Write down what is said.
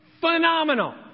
phenomenal